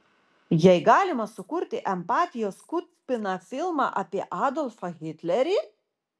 jei galima sukurti empatijos kupiną filmą apie adolfą hitlerį